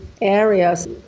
Areas